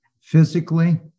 physically